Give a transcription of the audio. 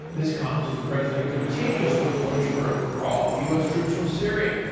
this comes as the president continues to push for a withdrawal of u s. troops from syria,